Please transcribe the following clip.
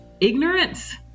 ignorance